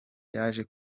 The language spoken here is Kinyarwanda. yaje